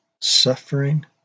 suffering